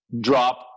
drop